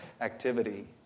activity